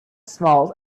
small